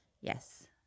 yes